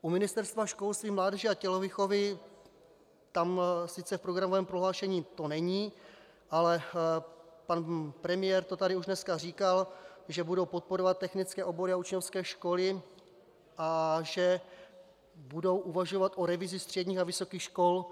U Ministerstva školství, mládeže a tělovýchovy, tam to sice v programovém prohlášení to není, ale pan premiér to tady už dneska říkal, že budou podporovat technické obory a učňovské školy a že budou uvažovat o revizi středních a vysokých škol.